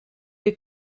wir